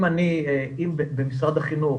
אם במשרד החינוך